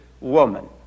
woman